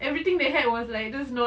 everything they had was like just not